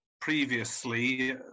previously